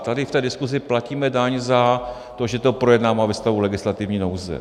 Tady v té diskusi platíme daň za to, že to projednáváme ve stavu legislativní nouze.